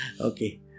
Okay